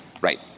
Right